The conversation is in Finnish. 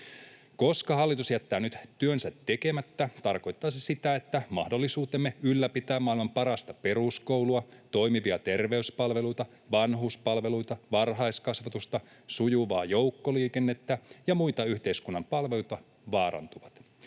Koska hallitus jättää nyt työnsä tekemättä, tarkoittaa se sitä, että mahdollisuutemme ylläpitää maailman parasta peruskoulua, toimivia terveyspalveluita, vanhuspalveluita, varhaiskasvatusta, sujuvaa joukkoliikennettä ja muita yhteiskunnan palveluita vaarantuvat.